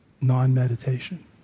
non-meditation